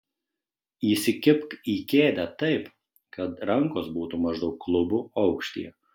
įsikibk į kėdę taip kad rankos būtų maždaug klubų aukštyje